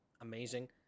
amazing